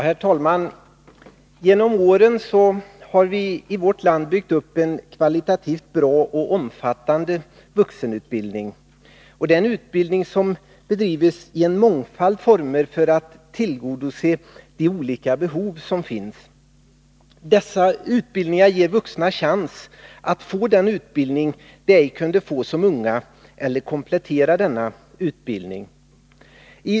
Herr talman! Genom åren har vi i vårt land byggt upp en kvalitativt bra och omfattande vuxenutbildning, en utbildning som bedrivs i en mångfald former för att tillgodose de olika behov som finns. Den ger vuxna chansen att få den utbildning de ej kunde få som unga eller att komplettera den utbildning de har.